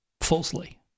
falsely